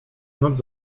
noc